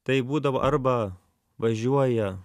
tai būdavo arba važiuoja